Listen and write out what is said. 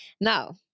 Now